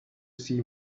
see